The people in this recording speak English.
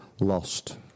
lost